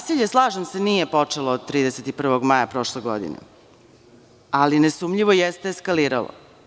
Slažem se, nasilje nije počelo od 31. maja prošle godine ali nesumnjivo jeste eskaliralo.